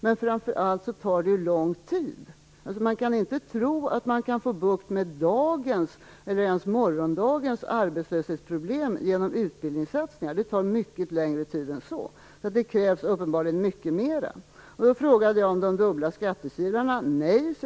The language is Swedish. Men framför allt tar sådana satsningar lång tid. Man kan inte tro att man kan få bukt med dagens eller ens morgondagens arbetslöshetsproblem genom utbildningssatsningar. Det tar mycket längre tid än så. Så det krävs uppenbarligen mycket mer.